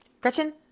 Gretchen